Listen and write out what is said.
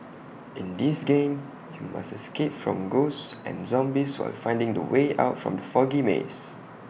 in this game you must escape from ghosts and zombies while finding the way out from the foggy maze